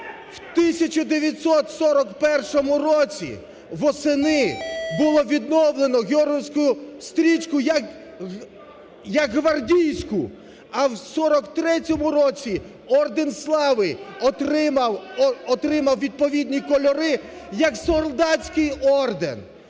В 1941 році восени було відновлено георгіївську стрічку як гвардійську, а в 43-му році Орден Слави отримав відповідні кольори як солдатський орден.